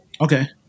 Okay